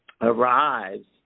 arrives